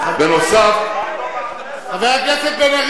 חבר הכנסת בן-ארי.